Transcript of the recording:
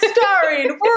starring